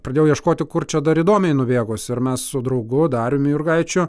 pradėjau ieškoti kur čia dar įdomiai nubėgus ir mes su draugu dariumi jurgaičiu